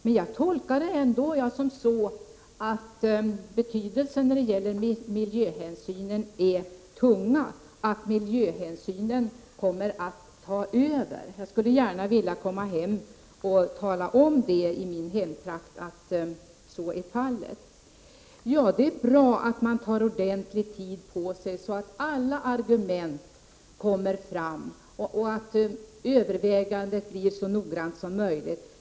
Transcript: Men jag tolkar svaret så, att miljöhänsynen väger tungt, att miljöhänsynen kommer att ta över. Jag skulle gärna vilja komma hem och tala om i min hemtrakt att så är fallet. Det är bra att man tar ordentlig tid på sig, så att alla argument kommer fram och så att övervägandet blir så noggrant som möjligt.